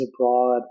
abroad